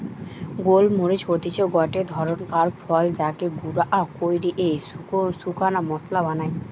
গোল মরিচ হতিছে গটে ধরণকার ফল যাকে গুঁড়া কইরে শুকনা মশলা বানায়